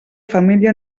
família